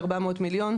ארבע מאות מיליון,